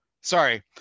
sorry